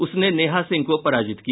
उसने नेहा सिंह को पराजित किया